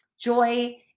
joy